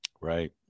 Right